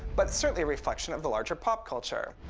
but certainly a reflection of the larger pop culture.